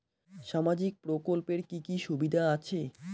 সামাজিক প্রকল্পের কি কি সুবিধা আছে?